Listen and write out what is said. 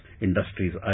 industries